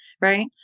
right